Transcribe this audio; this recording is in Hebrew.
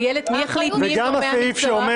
יש גם את הסעיף שאומר